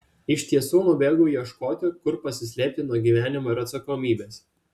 iš tiesų nubėgau ieškoti kur pasislėpti nuo gyvenimo ir atsakomybės